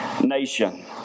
nation